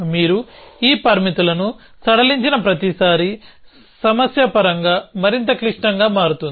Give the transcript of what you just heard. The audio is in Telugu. మీరు ఈ పరిమితులను సడలించిన ప్రతిసారీ సమస్య పరంగా మరింత క్లిష్టంగా మారుతుంది